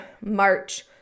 March